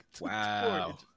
Wow